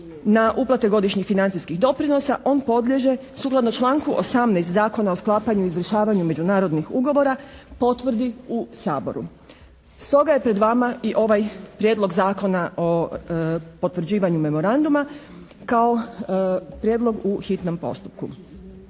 na uplate godišnjih financijskih doprinosa on podliježe sukladno članku 18. Zakona o sklapanju i izvršavanju međunarodnih ugovora potvrdi u Saboru. Stoga je pred vama i ovaj Prijedlog zakona o potvrđivanju memoranduma kao prijedlog u hitnom postupku.